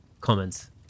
comments